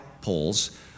polls